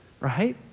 right